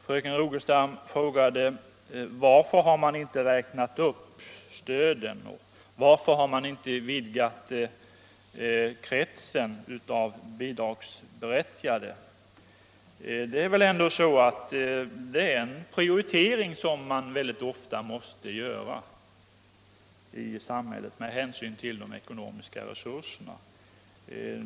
Fröken Rogestam frågade varför man inte har räknat upp stöden och varför man inte har vidgat kretsen av bidragsberättigade. Det handlar ändå här om en prioritering som mycket ofta måste göras i samhället med hänsyn till de ekonomiska resurserna.